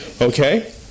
Okay